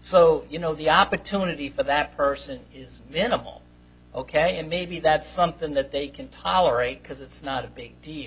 so you know the opportunity for that person is minimal ok and maybe that's something that they can tolerate because it's not a big deal